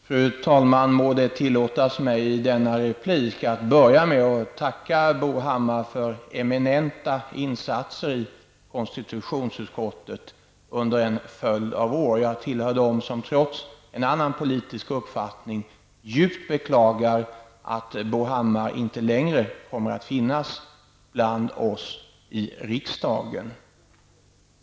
Fru talman! Må det tillåtas mig i denna replik att börja med att tacka Bo Hammar för eminenta insatser i konstitutionsutskottet under en följd av år. Jag tillhör dem som trots en annan politisk uppfattning djupt beklagar att Bo Hammar inte längre kommer att finnas bland oss i riksdagen.